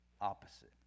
opposite